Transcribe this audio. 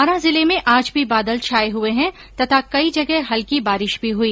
बांरा जिले में आज भी बादल छाए हुए है तथा कई जगह हल्की बारिश भी हुई